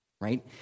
right